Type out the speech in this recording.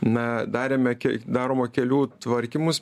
na darėme ke darome kelių tvarkymus